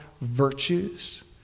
virtues